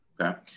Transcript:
Okay